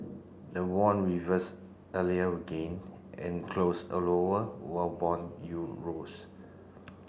the won reversed earlier will gain and close a lower while bond you rose